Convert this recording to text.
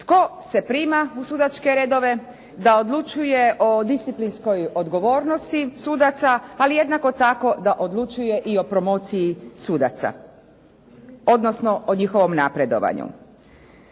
tko se prima u sudačke redove, da odlučuje o disciplinskoj odgovornosti sudaca, ali jednako tako da odlučuje i o promociji sudaca, odnosno o njihovom napredovanju.